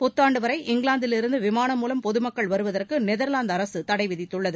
புத்தாண்டு வரை இங்கிலாந்திலிருந்து விமானம் மூலம் பொது மக்கள் வருவதற்கு நெதர்வாந்து அரசு தடைவிதித்துள்ளது